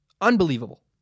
Unbelievable